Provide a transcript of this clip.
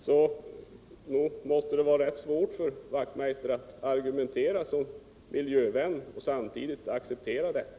Det måste väl vara rätt svårt för Hans Wachtmeister att argumentera som miljövän samtidigt som han accepterar detta!